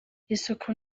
isuku